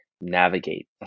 navigate